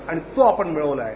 आणि तो आपण मिळविला आहे